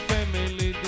Family